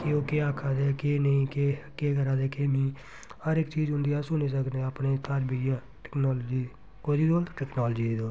कि ओह् केह् आक्खा दे केह् नी केह् केह् करां ते केह् नेईं हर इक चीज़ उं'दी अस सुनी सकने आं अपने घर बेहियै टैक्नोलाजी कोह्दी बदौलत टैक्नोलाजी दी बदौलत